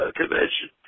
convention